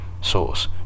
Source